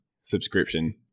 subscription